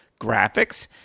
graphics